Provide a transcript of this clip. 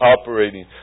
operating